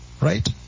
Right